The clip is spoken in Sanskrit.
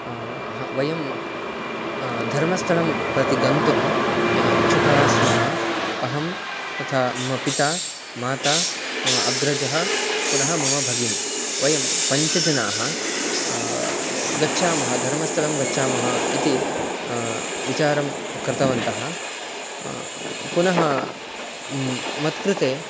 वयं धर्मस्थलं प्रति गन्तुम् इच्छुकाः स्मः अहं तथा मम पिता माता मम अग्रजः पुनः मम भगिनी वयं पञ्चजनाः गच्छामः धर्मस्थलं गच्छामः इति विचारं कृतवन्तः पुनः मत्कृते